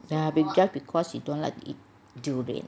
!aiya! just because you don't like to eat durian